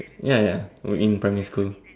ya ya in primary school